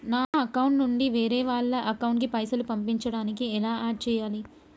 నా అకౌంట్ నుంచి వేరే వాళ్ల అకౌంట్ కి పైసలు పంపించడానికి ఎలా ఆడ్ చేయాలి?